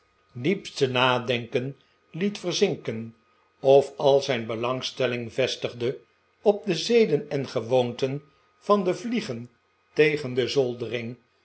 diepste nadenken liet verzinken of al zijn belangstelling vestigde op de zeden en gewoonten van'de vliegen tegen de zoldering